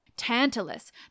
Tantalus